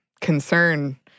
concern